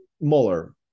Muller